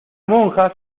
monja